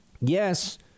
Yes